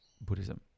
Buddhism